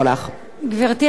גברתי היושבת-ראש,